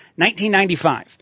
1995